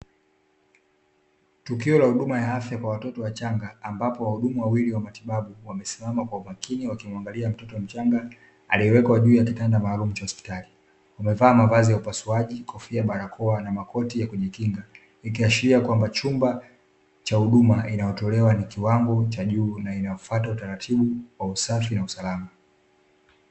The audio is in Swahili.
Tukio la huduma ya afya kwa watoto wachanga, ambapo wahudumu wawili wa matibabu wamesimama kwa umakini wakimwangalia mtoto mchanga aliyewekwa juu ya kitanda maalumu cha hospitali. Wamevaa mavazi ya upasuaji, kofia, barakoa, na makoti ya kujikinga, ikiashiria kwamba chumba cha huduma inayotolewa ni kiwango cha juu, na inafata utaraatibu wa usafi na usalama.